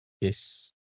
Yes